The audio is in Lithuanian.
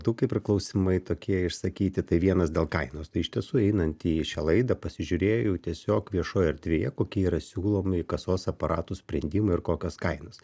du kaip ir klausimai tokie išsakyti tai vienas dėl kainos tai iš tiesų einant į šią laidą pasižiūrėjau tiesiog viešoje erdvėje kokie yra siūlomi kasos aparatų sprendimai ir kokios kainos